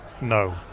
No